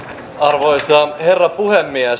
arvoisa herra puhemies